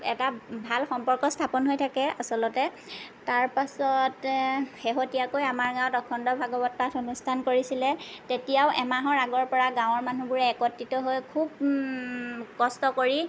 এটা ভাল সম্পৰ্ক স্থাপন হৈ থাকে আচলতে তাৰ পাছতে শেহতীয়াকৈ আমাৰ গাঁৱত অখণ্ড ভাগৱত পাঠ অনুষ্ঠান কৰিছিলে তেতিয়াও এমাহৰ আগৰ পৰা গাঁৱৰ মানুহবোৰে একত্ৰিত হৈ খুব কষ্ট কৰি